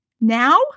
Now